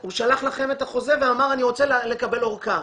הוא שלח לכם את החוזה ואמר: אני רוצה לקבל אורכה,